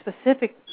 specific